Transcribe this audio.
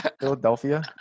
Philadelphia